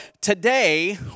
today